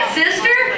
sister